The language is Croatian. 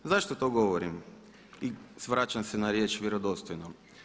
Zašto to govorim i vraćam se na riječ vjerodostojno?